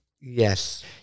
Yes